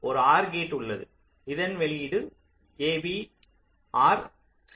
ஒரு or gate உள்ளது இதன் வெளியீடு ab ஆர் c